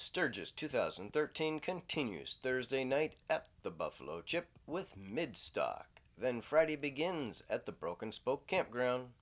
sturgis two thousand and thirteen continues thursday night at the buffalo chip with mid stuck then friday begins at the broken spoke campground